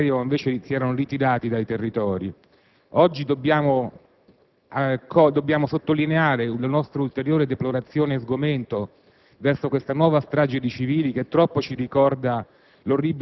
che ieri invece si erano ritirate dai Territori. Oggi dobbiamo sottolineare la nostra ulteriore deplorazione e il nostro sgomento verso questa nuova strage di civili che troppo ci ricorda